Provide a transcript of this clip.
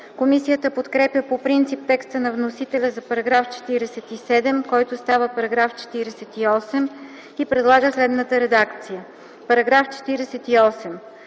Комисията подкрепя по принцип текста на вносителя за § 47, който става § 48, и предлага следната редакция: „§ 48.